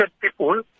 people